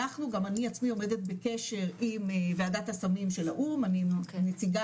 אנחנו גם אני עצמי עומדת בקשר עם וועדת הסמים של האו"ם אני נציגה